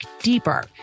deeper